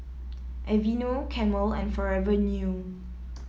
Aveeno Camel and Forever New